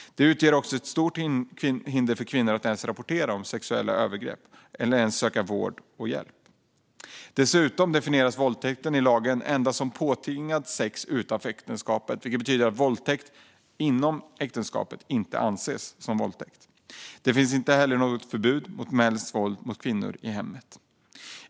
Detta utgör också ett stort hinder för kvinnor att ens rapportera om sexuella övergrepp eller söka vård och hjälp. Dessutom definieras våldtäkt i lagen endast som påtvingat sex utanför äktenskapet, vilket betyder att våldtäkt inom äktenskapet inte anses som våldtäkt. Det finns inte heller något förbud mot mäns våld mot kvinnor i hemmet.